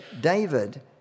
David